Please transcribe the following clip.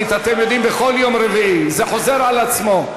אתם יודעים, בכל יום רביעי זה חוזר על עצמו.